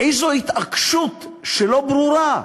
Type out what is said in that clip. איזו התעקשות לא ברורה,